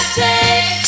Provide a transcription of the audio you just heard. take